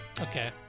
Okay